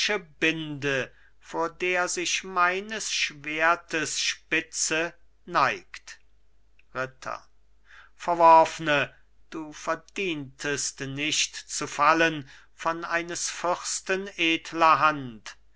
binde vor der sich meines schwertes spitze neigt ritter verworfne du verdientest nicht zu fallen von eines fürsten edler hand